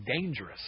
dangerous